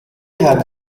had